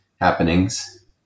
happenings